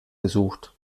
gesucht